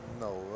No